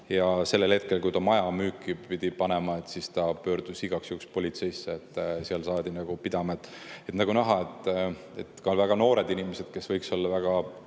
ja sellel hetkel, kui ta maja müüki pidi panema, ta pöördus igaks juhuks politseisse. Seal saadi pidama. Nagu näha, ka väga noored inimesed, kes võiksid olla väga